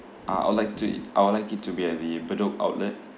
uh I would like to i~ I would like it to be at the bedok outlet